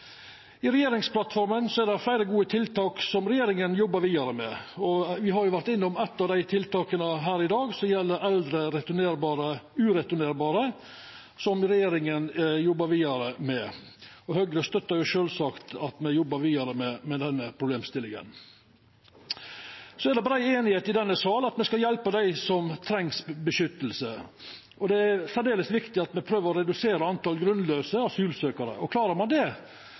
I regjeringsplattforma er det fleire gode tiltak som regjeringa jobbar vidare med. Me har vore innom eitt av dei tiltaka her i dag, som gjeld eldre ureturnerbare, som regjeringa jobbar vidare med. Høgre støttar sjølvsagt at me jobbar vidare med denne problemstillinga. Det er brei einigheit i denne salen om at me skal hjelpa dei som treng vern. Det er særdeles viktig at me prøver å redusera talet på grunnlause asylsøkjarar, og klarar ein det,